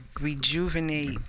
rejuvenate